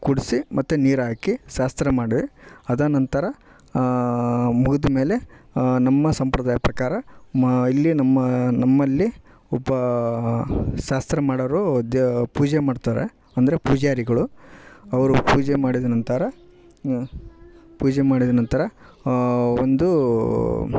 ಕುಡಿಸಿ ಮತ್ತು ನೀರು ಹಾಕಿ ಶಾಸ್ತ್ರ ಮಾಡಿ ಅದನಂತರ ಮುಗಿದ್ಮೇಲೆ ನಮ್ಮ ಸಂಪ್ರದಾಯ ಪ್ರಕಾರ ಮಾ ಇಲ್ಲಿ ನಮ್ಮಾ ನಮ್ಮಲ್ಲಿ ಒಬ್ಬ ಶಾಸ್ತ್ರ ಮಾಡೋರು ದ ಪೂಜೆ ಮಾಡ್ತಾರೆ ಅಂದರೆ ಪೂಜಾರಿಗಳು ಅವರು ಪೂಜೆ ಮಾಡಿದ ನಂತರ ಪೂಜೆ ಮಾಡಿದ ನಂತರ ಒಂದೂ